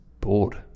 bored